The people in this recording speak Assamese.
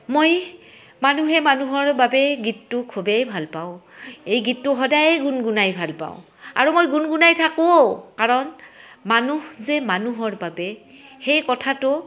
মই মানুহে মানুহৰ বাবে গীতটো খুবেই ভাল পাওঁ এই গীতটো সদায়ে গুণগুণাই ভাল পাওঁ আৰু মই গুণগুণাই থাকোঁও কাৰণ মানুহ যে মানুহৰ বাবে সেই কথাটো